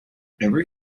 every